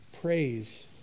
Praise